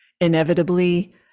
Inevitably